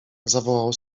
zawołał